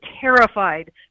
terrified